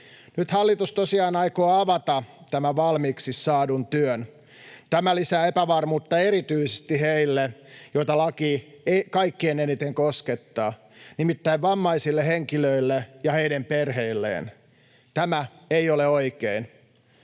Nyt hallitus tosiaan aikoo avata tämän valmiiksi saadun työn. Tämä lisää epävarmuutta erityisesti heille, joita laki kaikkein eniten koskettaa, nimittäin vammaisille henkilöille ja heidän perheilleen. Tämä ei ole oikein.